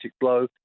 blow